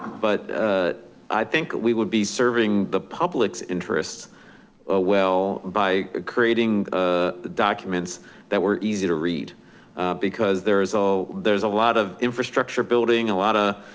but ah i think we would be serving the public's interests ah well by creating ah documents that were easy to read because there's a there's a lot of infrastructure building a lot of